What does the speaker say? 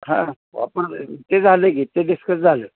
हा वापरतो आहे की ते झालं की ते डिस्कस झालं